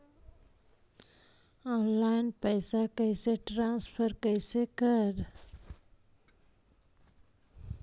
Online पैसा कैसे transfer कैसे कर?